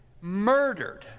murdered